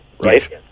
right